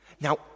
Now